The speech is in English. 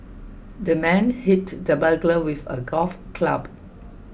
the man hit the burglar with a golf club